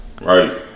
Right